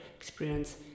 experience